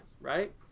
right